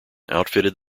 outfitted